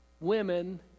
women